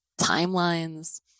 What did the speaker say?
timelines